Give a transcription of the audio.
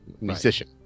musician